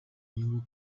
inyungu